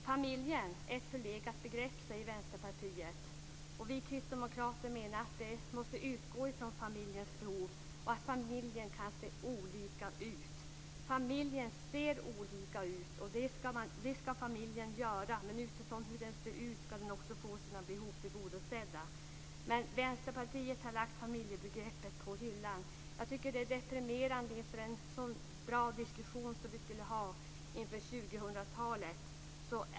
Familjen är ett förlegat begrepp, säger Vi kristdemokrater menar att vi måste utgå från familjens behov och att familjer kan se olika ut. Familjen ser olika ut. Det ska familjen göra. Men utifrån hur den ser ut ska den också få sina behov tillgodosedda. Vänsterpartiet har lagt familjebegreppet på hyllan. Jag tycker att det är deprimerande i en så bra diskussion vi skulle ha inför 2000-talet.